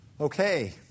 Okay